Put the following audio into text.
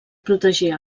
protegir